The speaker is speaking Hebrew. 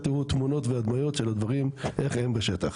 תמונות והדמיות של הדברים איך הם בשטח.